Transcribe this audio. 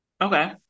okay